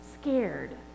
scared